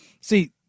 see